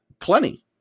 Plenty